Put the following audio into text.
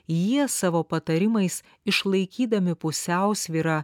jie savo patarimais išlaikydami pusiausvyrą